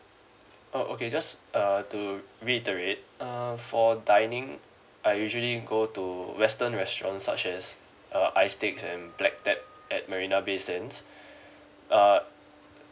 oh okay just uh to reiterate err for dining I usually go to western restaurant such as uh isteaks and black tap at marina bay sands uh